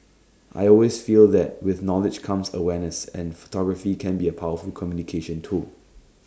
I always feel that with knowledge comes awareness and photography can be A powerful communication tool